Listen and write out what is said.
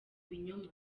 binyoma